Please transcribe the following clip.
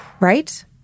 Right